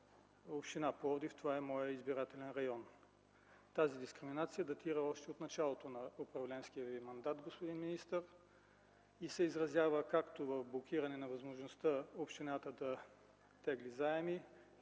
община Пловдив. Това е моят избирателен район. Тази дискриминация датира още от началото на управленския Ви мандат, господин министър, и се изразява както в блокиране на възможността общината да тегли заеми,